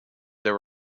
there